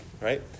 right